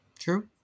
true